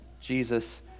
Jesus